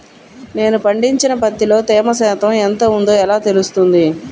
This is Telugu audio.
నేను పండించిన పత్తిలో తేమ శాతం ఎంత ఉందో ఎలా తెలుస్తుంది?